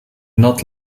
not